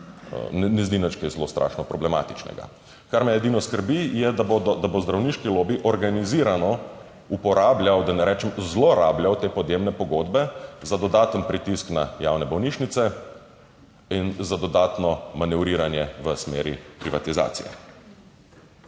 ne zdi nič kaj zelo strašno problematičnega. Kar me edino skrbi je, da bo zdravniški lobi organizirano uporabljal, da ne rečem zlorabljal te podjemne pogodbe. za dodaten pritisk na javne bolnišnice in za dodatno manevriranje v smeri privatizacije.